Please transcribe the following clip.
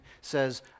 says